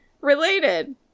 Related